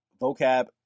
Vocab